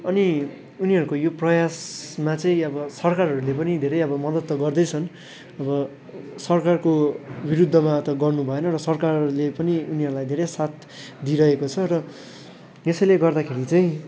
अनि उनीहरूको यो प्रयासमा चाहिँ सरकारहरूले पनि धेरै अब मद्दत त गर्दैछन् अब सरकारको विरुद्धमा त अब गर्नु भएन र सरकारले पनि उनीहरूलाई धेरै साथ दिइरहेको छ र यसैले गर्दाखेरि चाहिँ